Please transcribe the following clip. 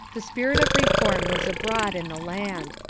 the spirit of reform was abroad in the land.